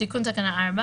תיקון תקנה 4